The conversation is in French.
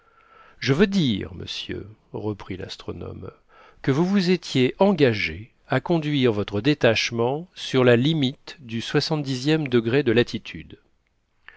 je veux dire monsieur reprit l'astronome que vous vous étiez engagé à conduire votre détachement sur la limite du soixantedixième degré de latitude